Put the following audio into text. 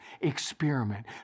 experiment